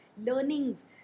learnings